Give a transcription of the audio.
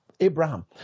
Abraham